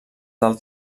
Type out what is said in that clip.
del